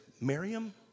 Miriam